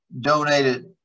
donated